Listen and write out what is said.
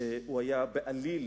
שהיה בעליל